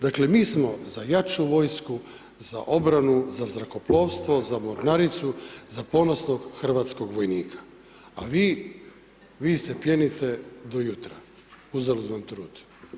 Dakle mi smo za jaču vojsku, za obranu, za zrakoplovstvo, za mornaricu, za ponosnog hrvatskog vojnika a vi, vi se pjenite do jutra, uzalud vam trud.